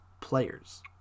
players